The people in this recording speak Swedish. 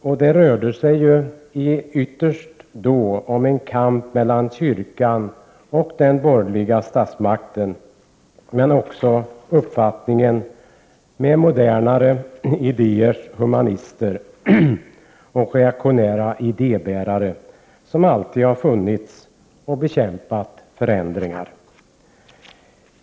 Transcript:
Ytterst rörde det sig om en kamp mellan kyrkan och den borgerliga statsmakten, men också mellan humanister med modernare idéer och reaktionära idébärare, vilka alltid har funnits och bekämpat förändringar.